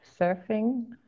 surfing